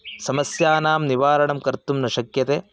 समस्यानां निवारणं कर्तुं न शक्यते